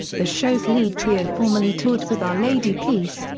the show's lead trio formerly toured with our lady peace,